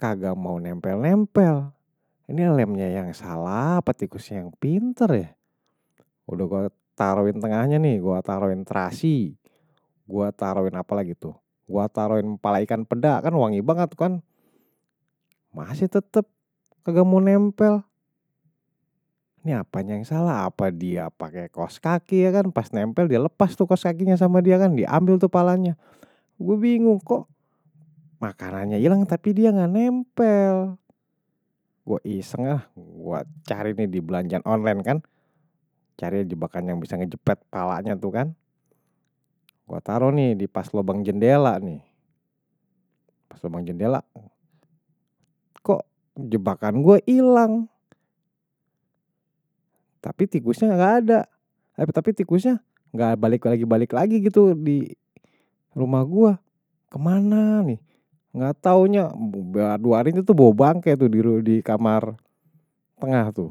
kaga mau nempel nempel, ini lemnya yang salah apa tikusnya yang pinter ya udah gue taroin tengahnya nih, gue taroin terasi, gue taroin apa lagi tuh, gue taroin kepala ikan peda kan wangi banget kan masih tetep kaga mau nempel ini apanya yang salah. apa dia pakai kaos kaki ya kan, pas nempel dia lepas tuh kaos kakinya sama dia kan, diambil tuh palanya gue bingung kok, makanannya hilang tapi dia gak nempel gue iseng lah, gue cari nih di belanjan online kan, cari jebakan yang bisa ngejepet palanya tuh kan gue taro nih di pas lubang jendela nih pas lubang jendela kok jebakan gue hilang, tapi, tikusnya gak ada, tapi tikusnya gak balik-balik lagi gitu di rumah gue ke mana nih, gak taunya, dua hari itu tuh bobang kayak tuh di kamar tengah tuh